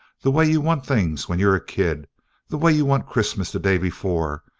the way you want things when you're a kid the way you want christmas the day before,